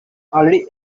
already